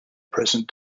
present